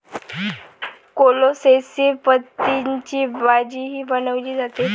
कोलोसेसी पतींची भाजीही बनवली जाते